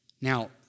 Now